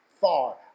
far